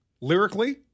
lyrically